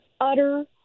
utter